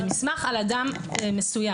זה מסמך על אדם מסוים.